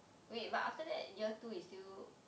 wait but after that year two is still